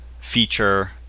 feature